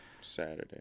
Saturday